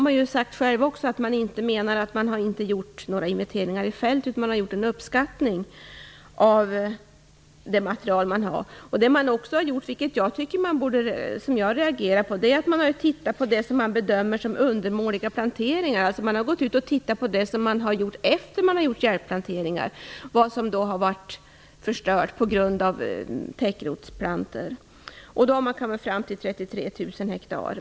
Man säger själv att man inte har gjort fältinventeringar, utan man har gjort en uppskattning av det material man har. Dessutom har man, och det reagerar jag på, tittat på det som bedöms vara undermåliga planteringar. Man har alltså gått ut och tittat på det som gjorts efter det att hjälpplanteringar skett. Man har tittat på det som förstörts på grund av täckrotsplantor. Vad man kommit fram till är att det rör sig om 33 000 hektar.